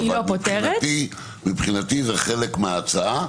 אבל מבחינתי זה חלק מההצעה,